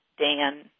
Dan